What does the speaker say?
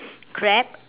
crab